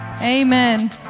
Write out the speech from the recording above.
amen